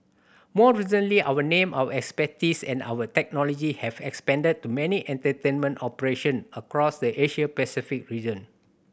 more recently our name our expertise and our technology have expanded to many entertainment operation across the Asia Pacific region